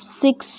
six